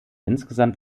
insgesamt